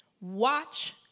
Watch